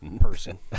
person